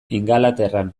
ingalaterran